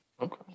Okay